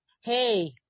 hey